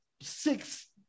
six